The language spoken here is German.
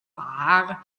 baar